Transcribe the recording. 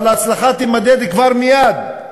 אבל ההצלחה תימדד כבר, מייד.